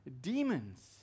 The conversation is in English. demons